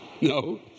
No